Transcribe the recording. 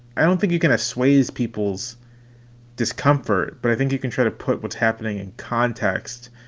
i don't think you can to sways people's discomfort, but i think you can try to put what's happening in context